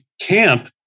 camp